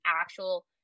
actual